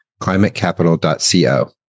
climatecapital.co